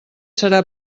serà